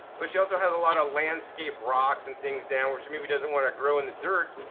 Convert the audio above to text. but she also has a lot of landscape rocks and things down where she maybe doesn't want to grow in the dirt.